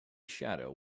shadow